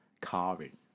carving